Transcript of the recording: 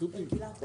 גלעד קצב,